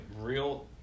real